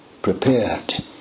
Prepared